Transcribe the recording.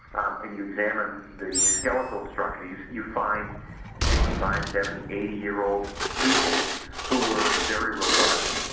um and you examined the skeletal structures, you find sixty five, seventy, eighty year old people who were very robust,